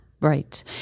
Right